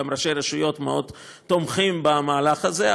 גם ראשי הרשויות מאוד תומכים במהלך הזה,